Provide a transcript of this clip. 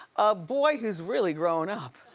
a boy who's really grown up.